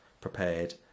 prepared